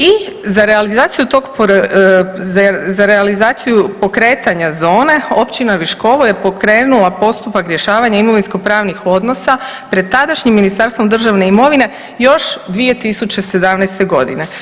I za realizaciju tog, za realizaciju pokretanje zone općina Viškovo je pokrenula postupak rješavanja imovinsko pravnih odnosa pred tadašnjim Ministarstvom državne imovine još 2017. godine.